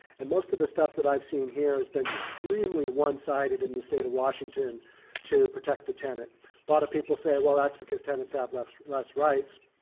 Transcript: and most of the stuff that i've seen here has been extremely one sided in the state of washington to protect the tenant. a lot of people say, well, that's because tenants have less less rights.